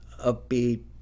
upbeat